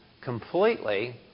completely